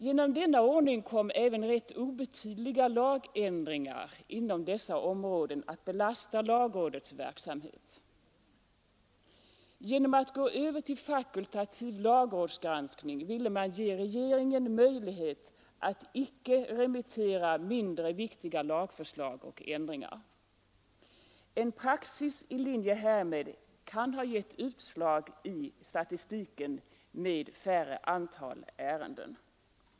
Genom denna ordning kom även rätt obetydliga lagändringar inom de angivna områdena att belasta lagrådets verksamhet. Genom att gå över till fakultativ lagrådsgranskning ville man ge regeringen möjlighet att inte remittera mindre viktiga lagförslag och ändringar. En praxis i linje härmed kan ha givit utslag i statistiken med färre antal ärenden.